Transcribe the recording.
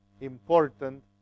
important